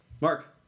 Mark